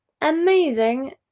Amazing